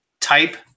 type